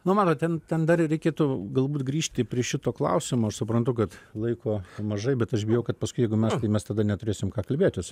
nu matot ten ten dar reikėtų galbūt grįžti prie šito klausimo aš suprantu kad laiko mažai bet aš bijau kad paskui jeigu mes tai mes tada neturėsim ką kalbėtis